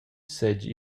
seigi